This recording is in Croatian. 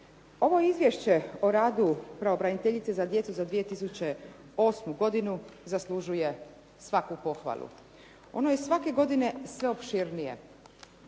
Ovo Izvješće o radu pravobraniteljice za djecu za 2008. godinu zaslužuje svaku pohvalu. Ono je svake godine sve opširnije.